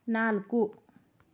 ನಾಲ್ಕು